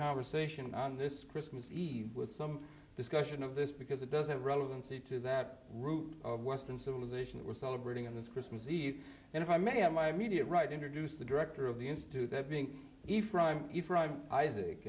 conversation on this christmas eve with some discussion of this because it does have relevancy to that root of western civilization that we're celebrating on this christmas eve and if i may have my immediate right introduce the director of the institute that being